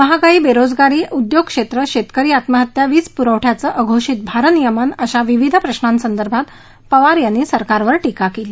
महागाई बेरोजगारी उद्योगक्षेत्र शेतकरी आत्महत्या वीज पुरवठ्याचं अघोषित भारनियमन अशा विविध प्रशांसदर्भात पवार यांनी सरकारवर टीका केली